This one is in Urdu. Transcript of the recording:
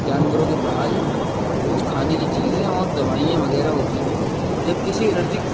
جانوروں کے بال کچھ کھانے کی چیزیں اور دوائیاں وغیرہ ہوتی ہیں جب کسی الرجی